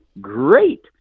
great